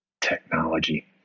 Technology